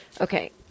okay